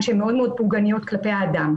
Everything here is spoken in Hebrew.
שהן מאוד מאוד פוגעניות כלפי האדם.